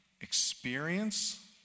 experience